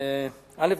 א.